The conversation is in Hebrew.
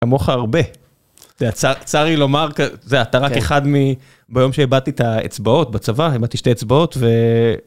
כמוך הרבה. זה ה... צר לי לומר, אתה רק אחד מ... ביום שאיבדתי את האצבעות בצבא, איבדתי שתי אצבעות ו...